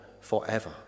forever